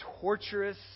Torturous